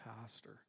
pastor